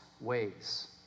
ways